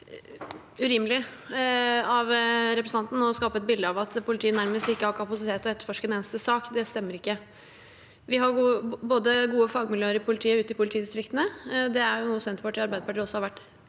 det er urimelig av representanten å skape et bilde av at politiet nærmest ikke har kapasitet til å etterforske en eneste sak. Det stemmer ikke. Vi har gode fagmiljøer i politiet ute i politidistriktene. Det er noe Senterpartiet og Arbeiderpartiet også har vært